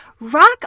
rock